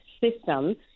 system